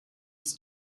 was